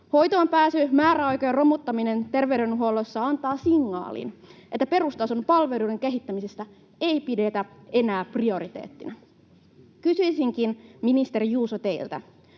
Hoitoonpääsyn määräaikojen romuttaminen terveydenhuollossa antaa signaalin, että perustason palveluiden kehittämistä ei pidetä enää prioriteettina. Kysyisinkin, ministeri Juuso, teiltä: